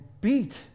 beat